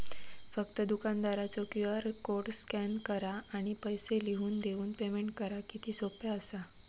फक्त दुकानदारचो QR code scan करा आणि पैसे लिहून देऊन पेमेंट करा किती सोपा असा